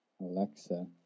Alexa